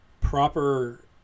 proper